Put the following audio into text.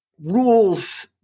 rules